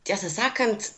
tiesą sakant